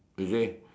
you see